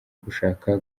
gushaka